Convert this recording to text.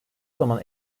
zaman